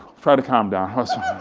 try to calm down.